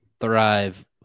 thrive